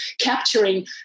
capturing